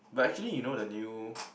but actually you know the new